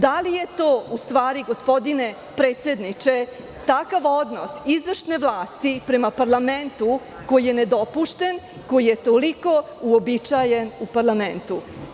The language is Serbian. Da li je to, gospodine predsedniče, takav odnos izvršne vlasti prema parlamentu koji je nedopušten, koji je toliko uobičajen u parlamentu?